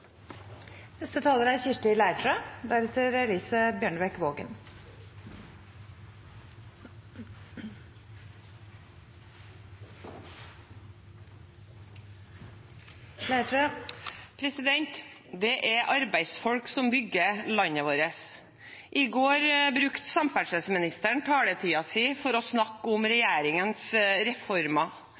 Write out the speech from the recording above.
Det er arbeidsfolk som bygger landet vårt. I går brukte samferdselsministeren taletiden sin til å snakke om regjeringens reformer.